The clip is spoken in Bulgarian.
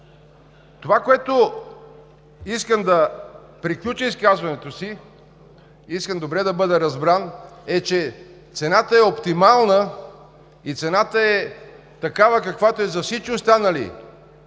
Това, с което искам да приключа изказването си, искам добре да бъда разбран, е, че цената е оптимална и е такава, каквато е за всички останали